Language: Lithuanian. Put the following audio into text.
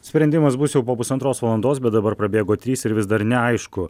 sprendimas bus jau po pusantros valandos bet dabar prabėgo trys ir vis dar neaišku